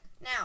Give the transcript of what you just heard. Now